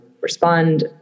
respond